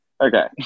Okay